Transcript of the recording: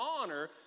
honor